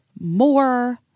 more